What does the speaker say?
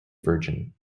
virgin